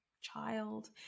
child